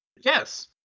Yes